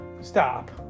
Stop